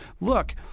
look